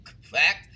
fact